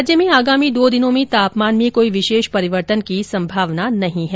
राज्य में आगामी दो दिनों में तापमान में कोई विशेष परिवर्तन की संभावना नहीं है